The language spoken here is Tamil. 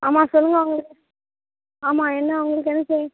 ஆமாம் சொல்லுங்கள் உங்களுக்கு ஆமாம் என்ன உங்களுக்கு என்ன செய்